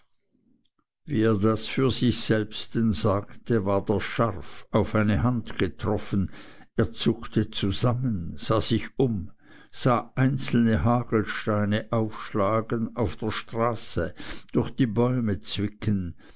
wie er das für sich selbsten sagte ward er scharf auf eine hand getroffen er zuckte zusammen sah um sich sah einzelne hagelsteine aufschlagen auf der straße durch die bäume zwicken